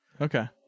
Okay